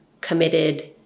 committed